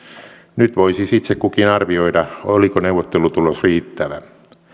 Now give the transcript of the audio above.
nyt voi siis itse kukin arvioida oliko neuvottelutulos riittävä